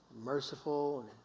merciful